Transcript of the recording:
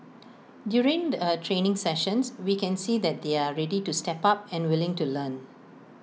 during the training sessions we can see that they're ready to step up and willing to learn